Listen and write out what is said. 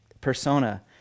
persona